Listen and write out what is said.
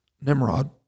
Nimrod